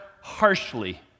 harshly